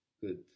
Good